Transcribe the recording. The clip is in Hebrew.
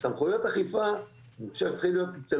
סמכויות אכיפה אני חושב צריכים להיות אצל